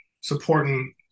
supporting